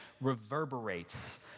reverberates